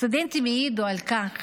סטודנטים העידו על כך